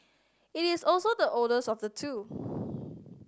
it is also the oldest of the two